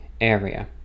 area